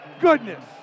goodness